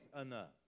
enough